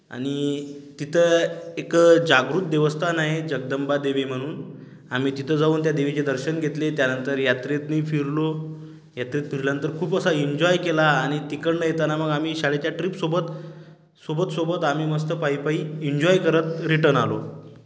आणि तिथं एक जागृत देवस्थान आहे जगदंबादेवी म्हणून आम्ही तिथं जाऊन त्या देवीचे दर्शन घेतले त्यानंतर यात्रेतनी फिरलो यात्रेत फिरल्यांतर खूप असा इन्जॉय केला आणि तिकडनं येताना मग आम्ही शाळेच्या ट्रीपसोबत सोबत सोबत आम्ही मस्त पायी पायी इन्जॉय करत रिटन आलो